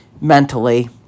mentally